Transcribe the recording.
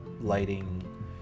lighting